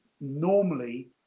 normally